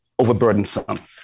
overburdensome